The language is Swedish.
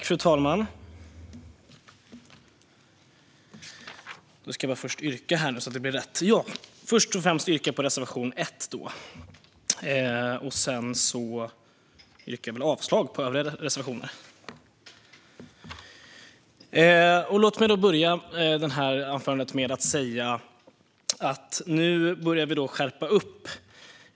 Fru talman! Jag yrkar bifall till reservation 1 och avslag på övriga reservationer.